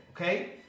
okay